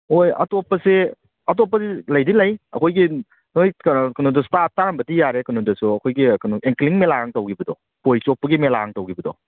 ꯍꯣꯏ ꯑꯇꯣꯞꯄꯁꯦ ꯑꯇꯣꯞꯄꯁꯤ ꯂꯩꯗꯤ ꯂꯩ ꯑꯩꯈꯣꯏꯒꯤ ꯅꯣꯏ ꯀꯩꯅꯣꯗꯁꯨ ꯇꯥꯔꯝꯕꯗꯤ ꯌꯥꯔꯦ ꯀꯩꯅꯣꯗꯁꯨ ꯑꯩꯈꯣꯏꯒꯤ ꯀꯩꯅꯣ ꯑꯦꯡꯀꯔꯤꯡ ꯃꯦꯂꯥꯒ ꯇꯧꯈꯤꯕꯗꯣ ꯈꯣꯏ ꯆꯣꯞꯄꯒꯤ ꯃꯦꯂꯥꯒ ꯇꯧꯈꯤꯕꯗꯣ